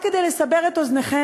רק כדי לסבר את אוזנכם,